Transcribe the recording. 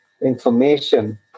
information